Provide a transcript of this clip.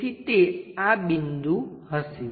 તેથી તે આ બિંદુ હશે